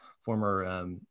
former